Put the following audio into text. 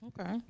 Okay